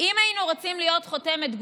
אם היינו רוצים להיות חותמת גומי,